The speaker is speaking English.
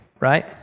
right